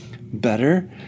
better